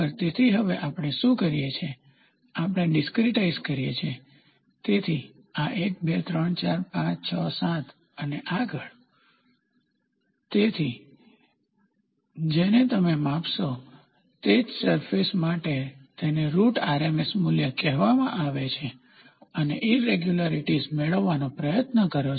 તેથી હવે આપણે શું કરીએ છીએ આપણે ડીસ્ક્રીટાઇઝ કરીએ છીએ તેથી આ 1 2 3 4 5 6 7 અને આગડ તેથી જેને તમે માપશો તે જ સરફેસ માટે તેને રૂટ RMS મૂલ્ય કહેવામાં આવે છે અને ઈરેગ્યુલારીટીઝ મેળવવાનો પ્રયાસ કરો છો